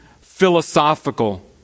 philosophical